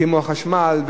כמו חשמל,